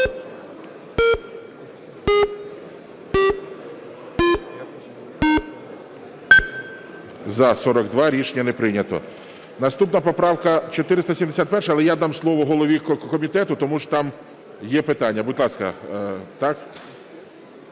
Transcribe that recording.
За-42 Рішення не прийнято. Наступна поправка 471. Але я дам слово голові комітету, тому що там є питання. Будь ласка.